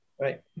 Right